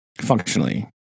functionally